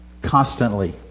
Constantly